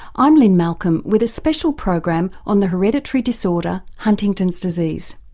i'm lynne malcolm with a special program on the hereditary disorder huntington's disease.